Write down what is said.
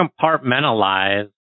compartmentalize